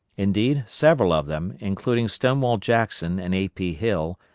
indeed, several of them, including stonewall jackson and a. p. hill,